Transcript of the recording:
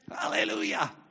Hallelujah